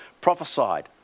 Prophesied